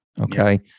Okay